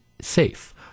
safe